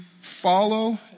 follow